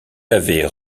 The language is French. avaient